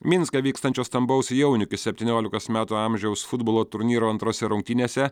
minske vykstančio stambaus jaunių iki septyniolikos metų amžiaus futbolo turnyro antrose rungtynėse